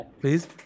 please